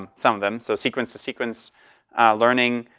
um some of them. so sequence to sequence learning,